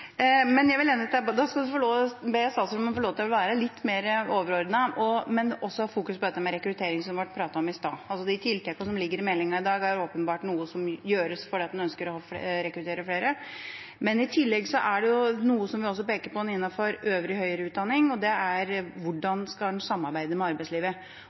Men jeg vil gjerne be statsråden om å være litt mer overordnet og også ha fokus på dette med rekruttering, som det ble snakket om i stad. De tiltakene som ligger i meldinga i dag, er åpenbart noe som gjøres fordi en ønsker å rekruttere flere, men i tillegg kommer, noe som vi også peker på innenfor øvrig høyere utdanning, hvordan en skal samarbeide med arbeidslivet. Det som står i meldinga, er at samarbeidet med arbeidslivet